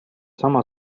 sama